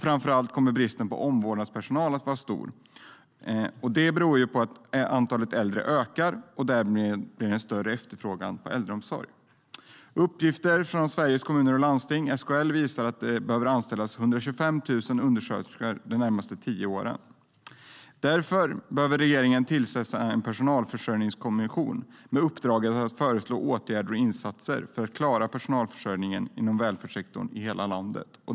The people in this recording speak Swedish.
Framför allt kommer bristen på omvårdnadspersonal att vara stor, vilket beror på att antalet äldre ökar och det därmed blir en större efterfrågan på äldreomsorg. Uppgifter från Sveriges Kommuner och Landsting, SKL, visar att 125 000 undersköterskor behöver anställas de närmaste tio åren. Därför behöver regeringen tillsätta en personalförsörjningskommission med uppdrag att föreslå åtgärder och insatser för att klara personalförsörjningen inom välfärdssektorn i hela landet.